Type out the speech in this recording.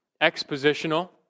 Expositional